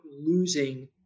losing